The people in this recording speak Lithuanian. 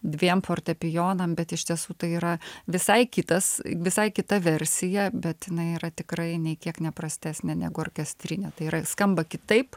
dviem fortepijonam bet iš tiesų tai yra visai kitas visai kita versija bet jinai yra tikrai nei kiek ne prastesnė negu orkestrinė tai yra skamba kitaip